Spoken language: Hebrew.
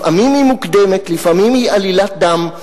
לפעמים היא מוקדמת ולפעמים היא עלילת דם,